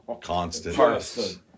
Constant